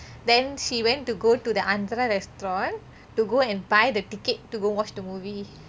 then she went to go to the andhra restaurant to go and buy the ticket to go watch the movie